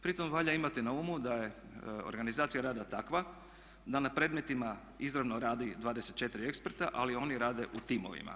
Pri tome valja imati na umu da je organizacija rada takva da na predmetima izravno radi 24 eksperta ali oni rade u timovima.